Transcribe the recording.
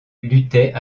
luttaient